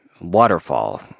waterfall